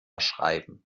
schreiben